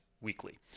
weekly